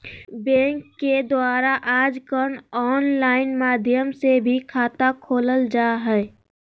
bank के द्वारा आजकल आनलाइन माध्यम से भी खाता खोलल जा हइ